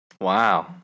Wow